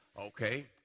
Okay